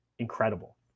incredible